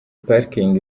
parikingi